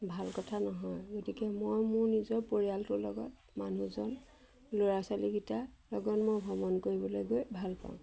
ভাল কথা নহয় গতিকে মই মোৰ নিজৰ পৰিয়ালটোৰ লগত মানুহজন ল'ৰা ছোৱালীকিটাৰ লগত মই ভ্ৰমণ কৰিবলৈ গৈ ভাল পাওঁ